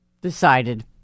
decided